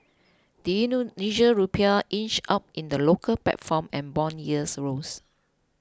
the Indonesian Rupiah inched up in the local platform and bond yields rose